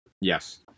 Yes